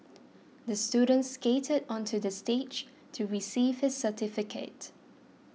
the student skated onto the stage to receive his certificate